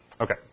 Okay